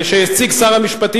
שהציג שר המשפטים,